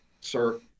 sir